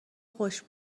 خوش